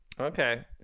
Okay